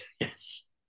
yes